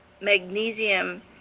magnesium